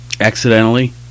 Accidentally